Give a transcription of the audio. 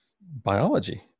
biology